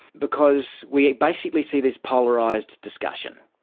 because we basically see this polarised discussion,